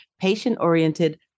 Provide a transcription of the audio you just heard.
patient-oriented